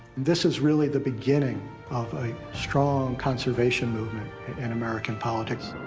this is really the beginning of a strong conservation movement in american politics.